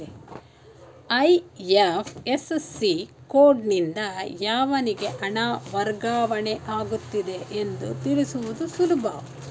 IFSC ಕೋಡ್ನಿಂದ ಯಾವನಿಗೆ ಹಣ ವರ್ಗಾವಣೆ ಆಗುತ್ತಿದೆ ಎಂದು ತಿಳಿಸುವುದು ಸುಲಭ